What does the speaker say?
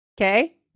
Okay